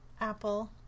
apple